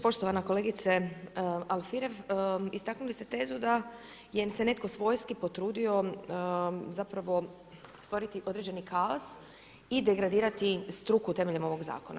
Poštovana kolegice Alfirev, istaknuli ste tezu da se netko svojski potrudio zapravo stvoriti određeni kaos i degradirati struku temeljem ovog zakona.